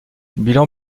bilan